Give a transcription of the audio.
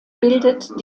bildet